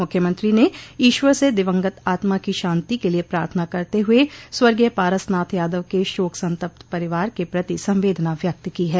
मुख्यमंत्री ने ईश्वर से दिवंगत आत्मा की शांति के लिये प्रार्थना करते हुए स्वर्गीय पारसनाथ यादव के शोक संतप्त परिवार के प्रति संवेदना व्यक्त की है